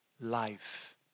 life